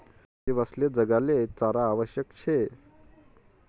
सजीवसले जगाले चारा आवश्यक शे